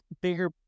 bigger